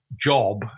job